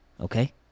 Okay